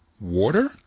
Water